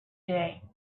day